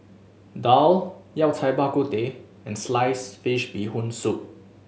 daal Yao Cai Bak Kut Teh and sliced fish Bee Hoon Soup